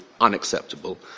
unacceptable